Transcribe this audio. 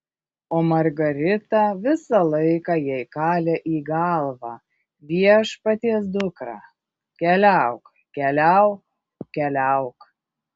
o margarita visą laiką jai kalė į galvą viešpaties dukra keliauk keliauk keliauk